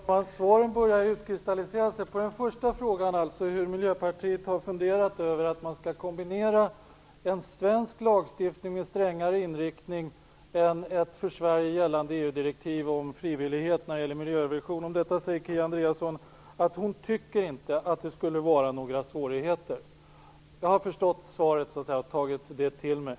Herr talman! Svaren börjar utkristallisera sig. På den första frågan, nämligen hur Miljöpartiet har tänkt sig att man skall kombinera en svensk lagstiftning med strängare inriktning än ett för Sverige gällande EU-direktiv om frivillighet när det gäller miljörevision, säger Kia Andreasson att hon inte tycker att det borde vara några svårigheter. Jag har förstått svaret och tagit det till mig.